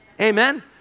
Amen